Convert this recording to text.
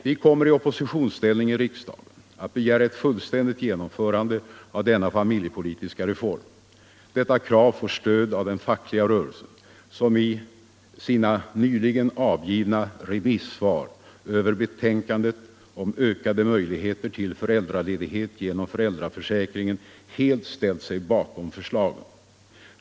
Vi kommer i 'oppositionsställning i riksdagen att begära ett fullständigt genomförande av denna familjepolitiska reform. Detta krav får stöd av den fackliga rörelsen, som i sina nyligen avgivna remissvar över betänkandetl om ökade möjligheter till föräldrarledighet genom föräldraförsäkringen helt ställer sig bakom förslagen.